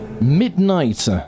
midnight